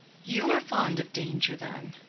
you are fond of danger, then?